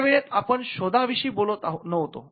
या वेळेत आपण शोधा विषयी बोलत नव्हतो